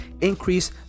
increase